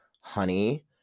honey